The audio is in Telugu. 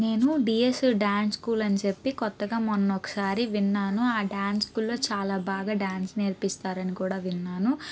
నేను డీఎస్ డ్యాన్స్ స్కూల్ అని చెప్పి కొత్తగా మొన్న ఒక్కసారి విన్నాను ఆ డ్యాన్స్ స్కూల్లో చాలా బాగా డ్యాన్స్ నేర్పిస్తారని కూడా విన్నాను